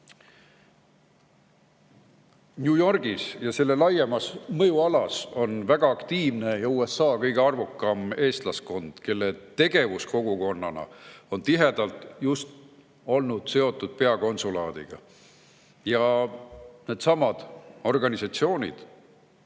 "New Yorgis ja selle laiemas mõjualas on väga aktiivne ja USA arvukaim eestlaskond, kelle tegevus kogukonnana on tihedalt seotud peakonsulaadiga." Need on needsamad organisatsioonid,